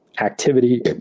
activity